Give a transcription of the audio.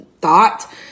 thought